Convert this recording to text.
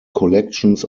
collections